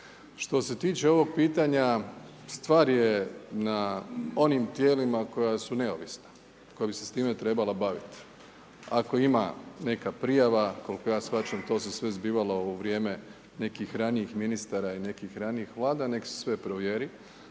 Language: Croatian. Što se tiče ovog pitanja stvar je na onim tijelima koja su neovisna, koja bi se sa time trebala baviti. Ako ima neka prijava, koliko ja shvaćam, to se sve zbivalo u vrijeme nekih ranijih ministara i nekih ranijih Vlada neka se sve provjeri.